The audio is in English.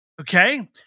Okay